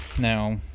Now